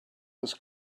was